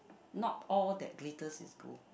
not all that glitters is gold